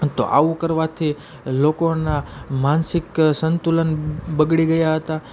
તો આવું કરવાથી લોકોના માનસિક સંતુલન બગડી ગયા હતા